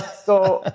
so, ah